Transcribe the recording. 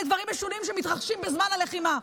דברים משונים שמתרחשים בזמן הלחימה.